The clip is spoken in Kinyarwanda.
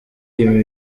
iyo